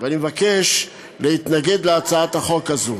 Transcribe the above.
ואני מבקש להתנגד להצעה הזאת.